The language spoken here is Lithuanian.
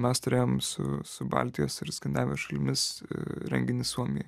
mes turėjom su su baltijos ir skandinavijos šalimis renginį suomijoj